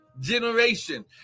generation